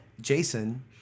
Jason